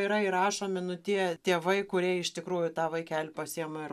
yra įrašomi nu tie tėvai kurie iš tikrųjų tą vaikelį pasiima ir